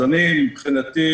אז אני, מבחינתי